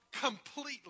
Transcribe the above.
completely